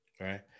right